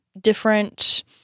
different